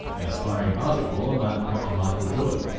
and aspiring basketballer might look up to michael jordan,